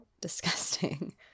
disgusting